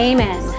Amen